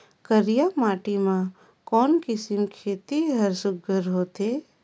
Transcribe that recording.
करिया माटी मा कोन किसम खेती हर सुघ्घर होथे?